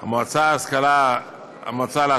"המועצה להשכלה גבוהה'",